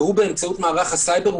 והוא באמצעות מערך הסייבר,